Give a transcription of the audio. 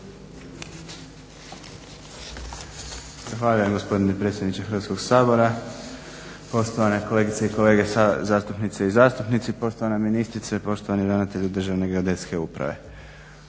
Zahvaljujem gospodine predsjedniče Hrvatskog sabora, poštovane kolegice i kolege zastupnice i zastupnici. Poštovana ministrice, poštovani ravnatelj Državne geodetske uprave.